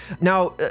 Now